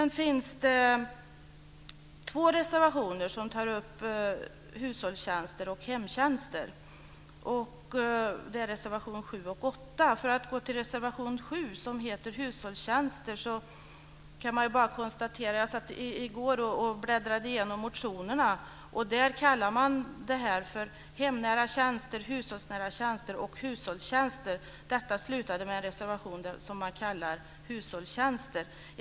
Det finns två reservationer, reservationerna 7 och När det gäller reservation 7, som heter Hushållstjänster, satt jag i går och bläddrade igenom motionerna och dessa kallar man för Hemnära tjänster, Hushållsnära tjänster och Hushållstjänster. Detta slutade med en reservation som man kallar Hushållstjänster.